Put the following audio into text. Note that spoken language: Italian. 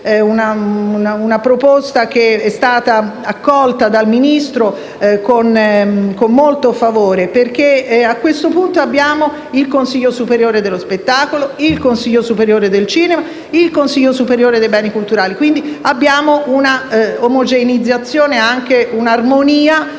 una proposta che è stata accolta dal Ministro con molto favore, perché a questo punto abbiamo il Consiglio superiore dello spettacolo, il Consiglio superiore del cinema ed il Consiglio superiore dei beni culturali. Quindi, c'è un'omogeneizzazione ed un'armonia